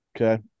Okay